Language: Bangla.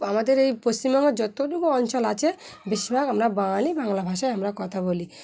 আমাদের এই পশ্চিমবঙ্গের যতটুকু অঞ্চল আছে বেশিরভাগ আমরা বাঙালি বাংলা ভাষায় আমরা কথা বলি